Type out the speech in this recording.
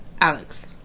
Alex